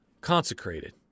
Consecrated